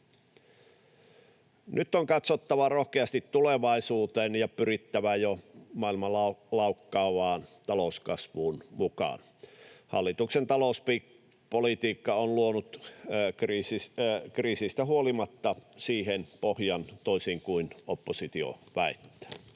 Nyt on katsottava rohkeasti tulevaisuuteen ja pyrittävä jo maailmalla laukkaavaan talouskasvuun mukaan. Hallituksen talouspolitiikka on luonut siihen kriisistä huolimatta pohjan, toisin kuin oppositio väittää.